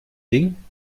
ding